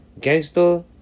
Gangster